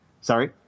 Sorry